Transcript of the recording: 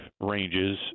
ranges